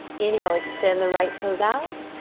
inhale, extend the right toes out.